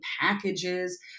packages